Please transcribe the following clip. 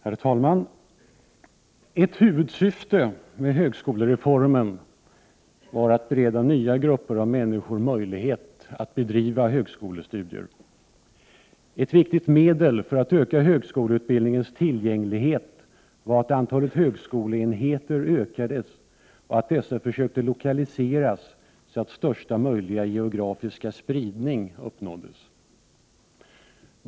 Herr talman! Ett huvudsyfte med högskolereformen var att bereda nya grupper av människor möjlighet att bedriva högskolestudier. Ett viktigt medel för att öka högskoleutbildningens tillgänglighet var att antalet högskoleenheter ökades och att dessa försökte lokaliseras så att största möjliga geografiska spridning uppnåddes.